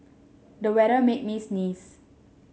the weather made me sneeze